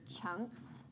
chunks